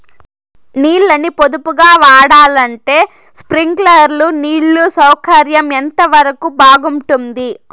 నీళ్ళ ని పొదుపుగా వాడాలంటే స్ప్రింక్లర్లు నీళ్లు సౌకర్యం ఎంతవరకు బాగుంటుంది?